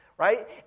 Right